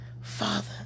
Father